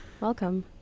welcome